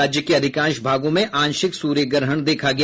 राज्य के अधिकांश भागों में आंशिक सूर्यग्रहण देखा गया